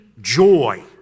joy